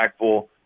impactful